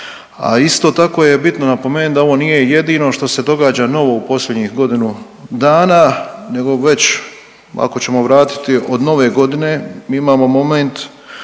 isto tako je bitno napomenuti da ovo nije jedino što se događa novo u posljednjih godinu dana nego već ako ćemo vratiti od Nove godine mi imamo moment